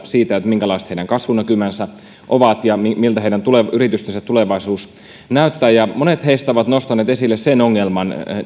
siitä minkälaiset heidän kasvunäkymänsä ovat ja miltä heidän yritystensä tulevaisuus näyttää monet heistä ovat nostaneet esille